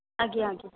ଆଜ୍ଞା ଆଜ୍ଞା